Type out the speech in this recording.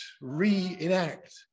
reenact